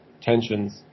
tensions